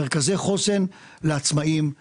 מרכזי חוסן לעצמאים,